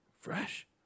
fresh